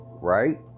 right